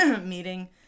meeting